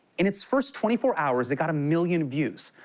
in it's first twenty four hours, it got a million views.